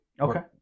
Okay